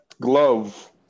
glove